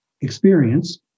experience